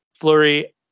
Flurry